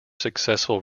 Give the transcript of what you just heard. successful